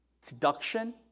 Seduction